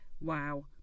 wow